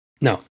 No